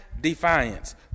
defiance